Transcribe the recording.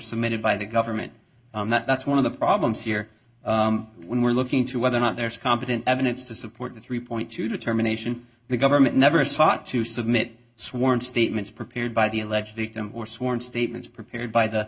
submitted by the government and that's one of the problems here when we're looking into whether or not there's competent evidence to support the three point two determination the government never sought to submit sworn statements prepared by the alleged victim or sworn statements prepared by the